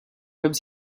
comme